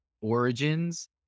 origins